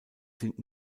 sind